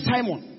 Simon